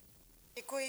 Děkuji.